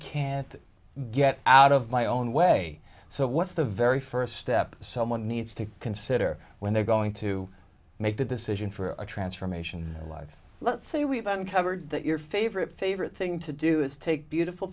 can't get out of my own way so what's the very first step someone needs to consider when they're going to make that decision for a transformation life let's say we've uncovered that your favorite favorite thing to do is take beautiful